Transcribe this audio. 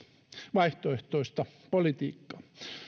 vaihtoehtoista politiikkaa